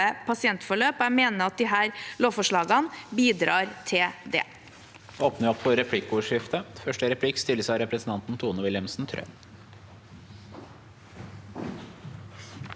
pasientforløp. Jeg mener at disse lovforslagene bidrar til det.